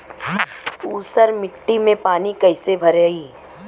ऊसर मिट्टी में पानी कईसे भराई?